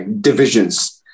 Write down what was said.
divisions